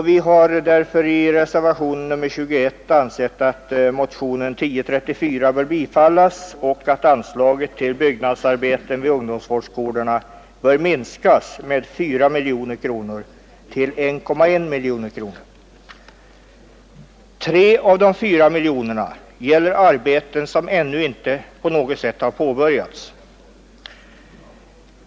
Vi som står bakom reservationen 21 har därför ansett att motionen 1034 bör bifallas och anslaget till ungdomsvårdsskolorna minskas med 4 miljoner till 1,1 miljon kronor. Tre av de fyra miljonerna gäller arbeten som ännu inte på något sätt har påbörjats.